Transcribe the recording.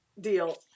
deal